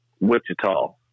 Wichita